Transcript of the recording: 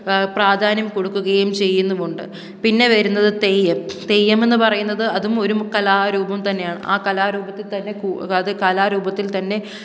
പ്രാധാന്യം കൊടുക്കുകയും ചെയ്യുന്നുമുണ്ട് പിന്നെ വരുന്നത് തെയ്യം തെയ്യമെന്ന് പറയുന്നത് അതും ഒരു കലാരൂപം തന്നെയാണ് ആ കലാരൂപത്തിൽത്തന്നെ കൂ അത് കലാരൂപത്തിൽത്തന്നെ